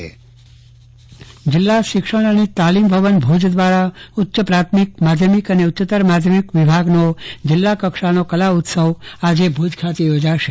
ચન્દ્રવદન પટ્ટણી કલા ઉત્સવ જિલ્લા શિક્ષણ અને તાલીમ ભવન ભુજ દ્વારા ઉચ્ચ પ્રાથમિક માધ્યમિક અને ઉચ્ચતર માધ્યમિક વિભાગનો જિલ્લા કક્ષાનો કલા ઉત્સવ આજે ભુજ ખાતે યોજાશે